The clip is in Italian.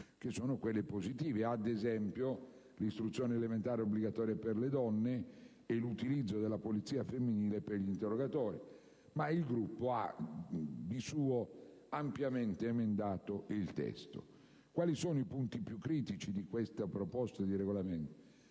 di talune proposte, quali l'istruzione elementare obbligatoria per le donne e l'utilizzo della polizia femminile per gli interrogatori, il gruppo ha ampiamente emendato il testo. Quali sono i punti più critici di questa proposta di regolamento?